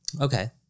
Okay